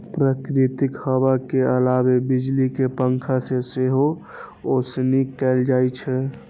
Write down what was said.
प्राकृतिक हवा के अलावे बिजली के पंखा से सेहो ओसौनी कैल जाइ छै